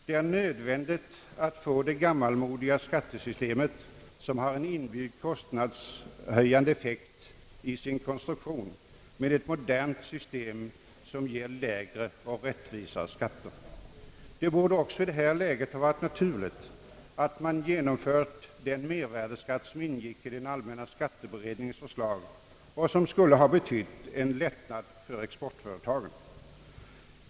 Det är nödvändigt att få det gammalmodiga skattesystemet, som har en inbyggd kostnadshöjande effekt i sin konstruktion, ersatt med ett modernt system som ger lägre och rättvisare skatter. Det borde också i detta läge ha varit naturligt att man genomfört den mervärdeskatt, som ingick i den allmänna skatteberedningens förslag och som skulle ha betytt en lättnad för exportföretagen.